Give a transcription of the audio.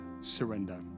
surrender